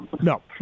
no